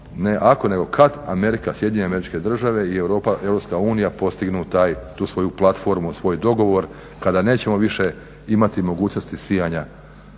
ne ako nego kad Amerika, SAD i Europa, EU postignu tu svoju platformu, svoj dogovor, kada nećemo više imati mogućnosti sijanja